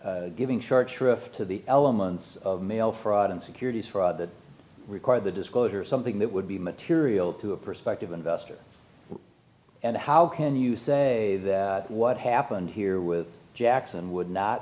giving short shrift to the elements of mail fraud and securities fraud that require the disclosure of something that would be material to a prospective investor and how can you say what happened here with jackson would not